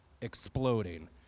exploding